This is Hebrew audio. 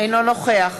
אינו נוכח